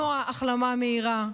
נועה, החלמה מהירה.